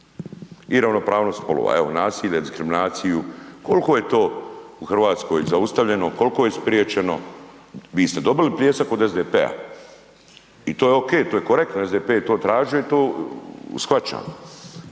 i ravnopravnost spolova, evo nasilje, diskriminaciju, kolko je to u RH zaustavljeno, kolko je spriječeno, vi ste dobili pljesak od SDP-a i to je ok, to je korektno, SDP je to tražio i to shvaćam.